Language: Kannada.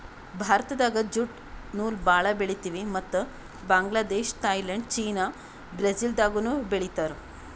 ಭಾರತ್ದಾಗ್ ಜ್ಯೂಟ್ ನೂಲ್ ಭಾಳ್ ಬೆಳಿತೀವಿ ಮತ್ತ್ ಬಾಂಗ್ಲಾದೇಶ್ ಥೈಲ್ಯಾಂಡ್ ಚೀನಾ ಬ್ರೆಜಿಲ್ದಾಗನೂ ಬೆಳೀತಾರ್